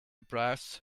brass